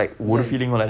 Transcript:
ya